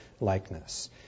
likeness